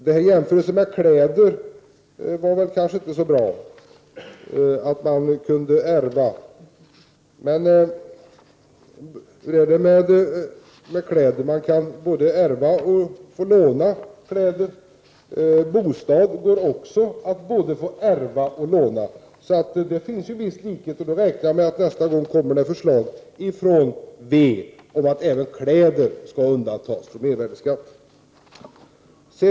Låt mig så komma tillbaka till jämförelsen med kläder vad gäller momsen. Man kan både ärva och låna kläder, och man kan också få ärva och låna bostäder. Det finns alltså en viss likhet, så jag räknar med att det nästa gång kommer förslag från vänsterpartiet om att även kläder skall undantas från mervärdeskatt.